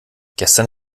gestern